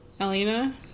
Elena